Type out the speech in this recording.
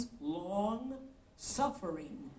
Long-suffering